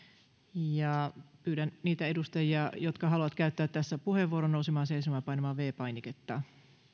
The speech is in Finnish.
pyydän niitä edustajia jotka haluavat käyttää tässä puheenvuoron nousemaan seisomaan ja painamaan viides painiketta